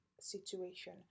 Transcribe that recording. situation